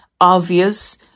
obvious